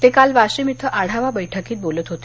ते काल वाशीम इथं आढावा बैठकीत बोलत होते